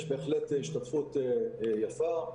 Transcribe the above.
יש בהחלט השתתפות יפה,